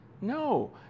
No